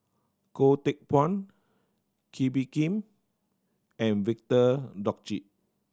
Goh Teck Phuan Kee Bee Khim and Victor Doggett